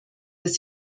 dass